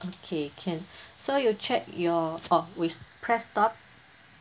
okay can so you check your oh we press stop